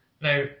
Now